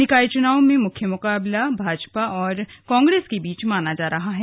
निकाय चुनाव में मुख्य मुकाबला भाजपा और कांग्रेस के बीच माना जा रहा है